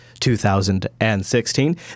2016